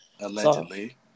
Allegedly